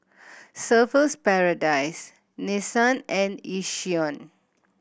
Surfer's Paradise Nissan and Yishion